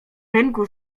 rynku